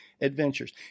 adventures